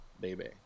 baby